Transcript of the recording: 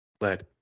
Let